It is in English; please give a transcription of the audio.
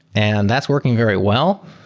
and that's working very well.